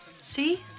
See